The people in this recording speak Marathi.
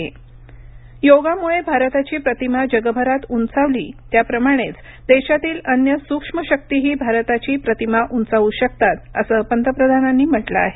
लखनऊ विद्यापीठ योगामुळे भारताची प्रतिमा जगभरात उंचावली त्याप्रमाणेच देशातील अन्य सूक्ष्म शक्तीही भारताची प्रतिमा उंचावू करू शकतात असं पंतप्रधानांनी म्हटलं आहे